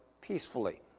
peacefully